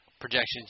projections